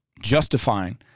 justifying